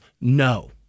No